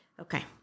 Okay